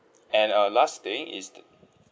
at uh last thing is the